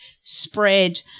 spread